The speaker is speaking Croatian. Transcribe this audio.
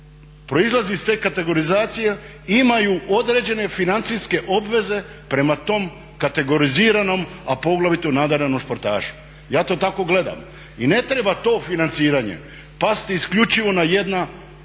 proizlazi iz te kategorizacije imaju određene financijske obveze prema tom kategoriziranom a poglavito nadarenom športašu. Ja to tako gledam. I ne treba to financiranje pasti isključivo na jedna pleća